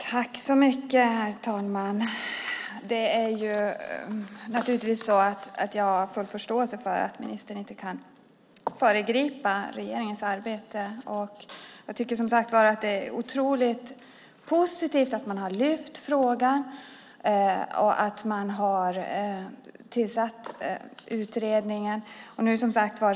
Herr talman! Jag har naturligtvis full förståelse för att ministern inte kan föregripa regeringens arbete. Jag tycker som sagt var att det är otroligt positivt att man har lyft fram frågan och att man har tillsatt utredningen.